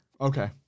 Okay